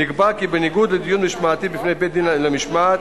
נקבע כי בניגוד לדיון משמעתי בפני בית-דין למשמעת,